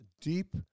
deep